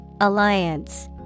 alliance